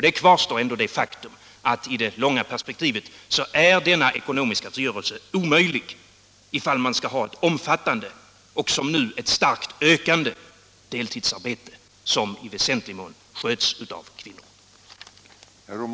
Där kvarstår ändå det faktum att i det långa perspektivet är denna ekonomiska frigörelse omöjlig om man skall ha en omfattande och som